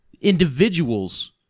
individuals